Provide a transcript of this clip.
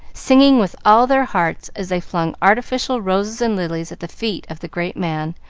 singing with all their hearts as they flung artificial roses and lilies at the feet of the great men,